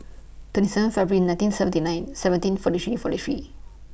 twenty seven February nineteen seventy nine seventeen forty three forty three